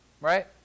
Right